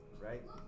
Right